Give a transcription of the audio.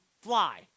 fly